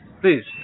please